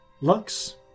Lux